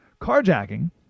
Carjacking